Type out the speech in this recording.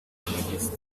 this